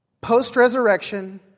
Post-resurrection